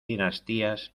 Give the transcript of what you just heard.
dinastías